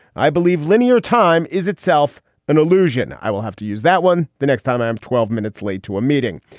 i believe linear time is itself an illusion. i will have to use that one the next time i am twelve minutes late to a meeting.